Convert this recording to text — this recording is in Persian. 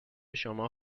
شما